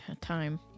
time